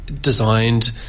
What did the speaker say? designed